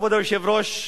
כבוד היושב-ראש,